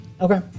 Okay